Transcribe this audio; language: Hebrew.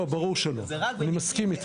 ברור שלא, אני מסכים איתך.